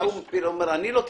ההוא אומר: אני לא טיפלתי.